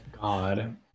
God